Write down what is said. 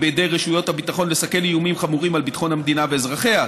בידי רשויות הביטחון לסכל איומים חמורים על ביטחון המדינה ואזרחיה,